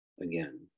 Again